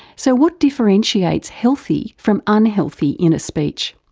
so what differentiates healthy from unhealthy inner speech?